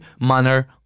manner